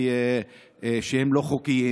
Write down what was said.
שהם לא חוקיים,